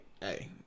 hey